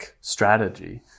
strategy